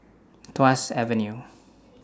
Tuas Avenue